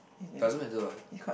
doesn't matter what